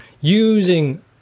Using